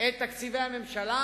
את תקציבי הממשלה,